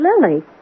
Lily